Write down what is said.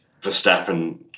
Verstappen